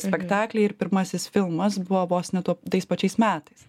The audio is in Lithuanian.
spektakliai ir pirmasis filmas buvo vos ne top tais pačiais metais